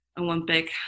Olympic